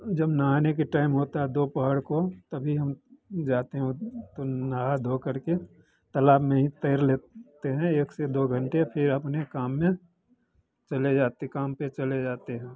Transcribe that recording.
जब नहाने का टाइम होता है दोपहर को तभी हम जाते हैं तो नहा धो करके तलाब में ही तैर लेते हैं एक से दो घन्टे फिर काम में चले जाते काम पर चले जाते हैं